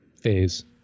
phase